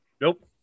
nope